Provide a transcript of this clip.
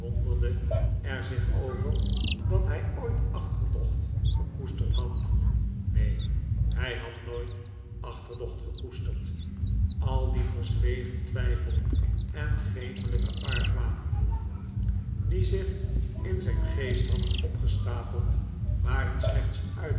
er zich over dat hij ooit achterdocht gekoesterd had neen hij had nooit achterdocht gekoesterd al die verzwegen twijfel en gemelijke argwaan die zich in zijn geest hadden opgestapeld waren slechts